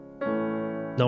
no